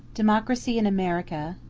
democracy in america,